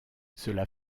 cela